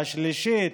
והשלישית,